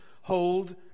hold